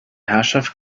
herrschaft